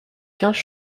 quinze